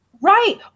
Right